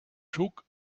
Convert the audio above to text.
took